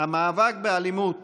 המאבק באלימות